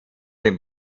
dem